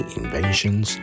inventions